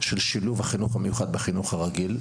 של שילוב החינוך המיוחד בחינוך הרגיל.